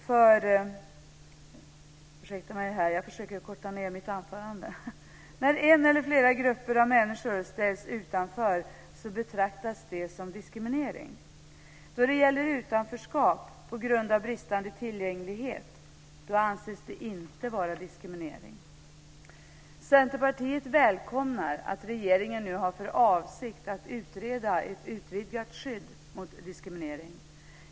När en eller flera grupper av människor ställs utanför betraktas det som diskriminering. Då det gäller utanförskap på grund av bristande tillgänglighet anses det inte vara diskriminering. Centerpartiet välkomnar att regeringen nu har för avsikt att utreda ett utvidgat skydd mot diskriminering.